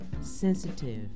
sensitive